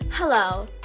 Hello